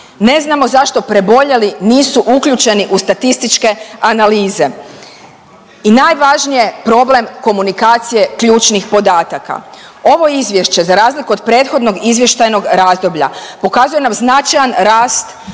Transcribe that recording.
Ne znamo zašto preboljeli nisu uključeni u statističke analize. I najvažnije problem komunikacije ključnih podataka. Ovo izvješće za razliku od prethodnog izvještajnog razdoblja pokazuje nam značajan rast